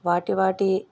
వాటి వాటి